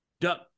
duck